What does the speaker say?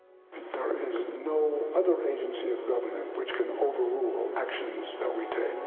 there is no other agency of government, which can overrule actions that we take.